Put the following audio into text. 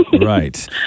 Right